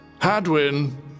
Hadwin